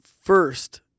first